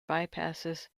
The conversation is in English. bypasses